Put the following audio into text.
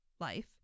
Life